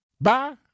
Bye